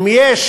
אם יש